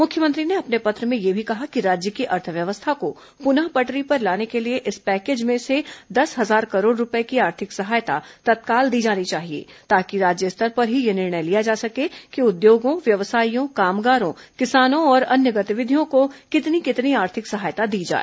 मुख्यमंत्री ने अपने पत्र में यह भी कहा कि राज्य की अर्थव्यवस्था को पुनः पटरी पर लाने के लिए इस पैकेज में से दस हजार करोड़ रूपये की आर्थिक सहायता तत्काल दी जानी चाहिए ताकि राज्य स्तर पर ही यह निर्णय लिया जा सके कि उद्योगों व्यवसायियों कामगारों किसानों और अन्य गतिविधियों को कितनी कितनी आर्थिक सहायता दी जाए